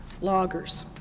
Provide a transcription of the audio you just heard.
loggers